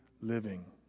living